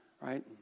right